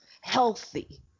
healthy